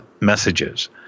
messages